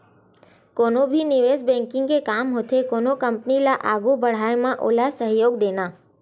कोनो भी निवेस बेंकिग के काम होथे कोनो कंपनी ल आघू बड़हाय म ओला सहयोग देना